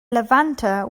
levanter